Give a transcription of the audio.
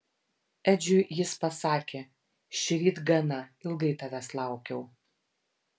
edžiui jis pasakė šįryt gana ilgai tavęs laukiau